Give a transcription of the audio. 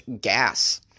gas